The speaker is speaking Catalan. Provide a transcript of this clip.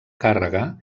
càrrega